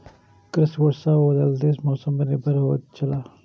कृषि वर्षा और बदलेत मौसम पर निर्भर होयत छला